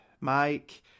Mike